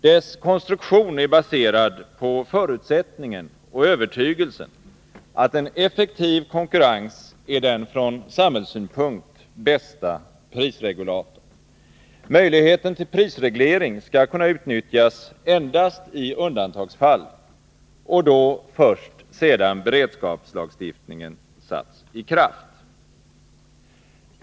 Dess konstruktion är baserad på förutsättningen och övertygelsen att en effektiv konkurrens är den från samhällssynpunkt bästa prisregulatorn. Möjligheten till prisreglering skall kunna utnyttjas endast i undantagsfall, och då först sedan beredskapslagstiftningen satts i kraft.